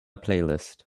playlist